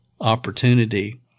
opportunity